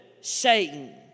Satan